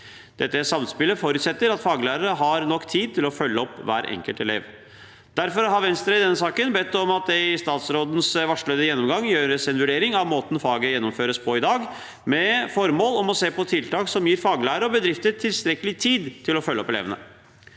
Dette samspillet forutsetter at faglærer har nok tid til å følge opp hver enkelt elev. Derfor har Venstre i denne saken bedt om at det i statsrådens varslede gjennomgang gjøres en vurdering av måten faget gjennomføres på i dag, med formål om å se på tiltak som gir faglærer og bedrift tilstrekkelig tid til å følge opp elevene.